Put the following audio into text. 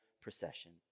procession